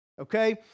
Okay